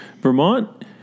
vermont